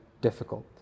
difficult